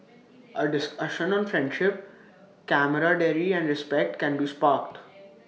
A discussion on friendship camaraderie and respected